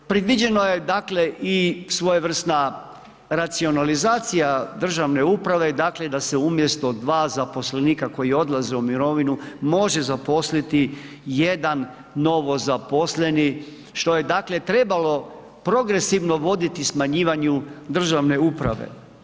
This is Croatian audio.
Predviđeno je, dakle i svojevrsna racionalizacija državne uprave, dakle, da se umjesto dva zaposlenika, koji odlaze u mirovinu, može zaposliti jedan novozaposleni, što je, dakle, trebalo progresivno voditi smanjivanju državne uprave.